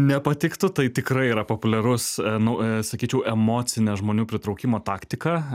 nepatiktų tai tikrai yra populiarus nu sakyčiau emocine žmonių pritraukimo taktika